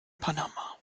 panama